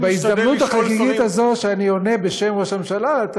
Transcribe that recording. ובהזדמנות החגיגית הזאת שאני עונה בשם ראש הממשלה אתה,